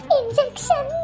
injection